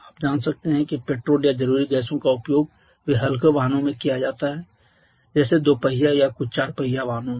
आप जान सकते हैं कि पेट्रोल या जरूरी गैसों का उपयोग वे हल्के वाहनों में किया जाता है जैसे दो पहिया या कुछ चार पहिया वाहनों में